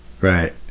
Right